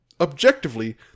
objectively